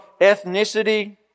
ethnicity